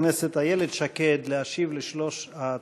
הכנסת איילת שקד להשיב על שלוש ההצעות.